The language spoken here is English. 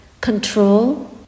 control